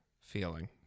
feeling